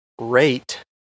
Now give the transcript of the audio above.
rate